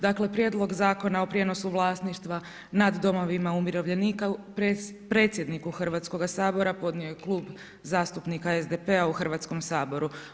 Dakle Prijedlog zakona o prijenosu vlasništva nad domovima umirovljenika predsjedniku Hrvatskoga sabora podnio je Klub zastupnika SDP-a u Hrvatskom saboru.